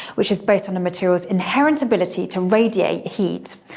which is based on a material's inherent ability to radiate heat.